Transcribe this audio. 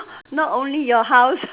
not only your house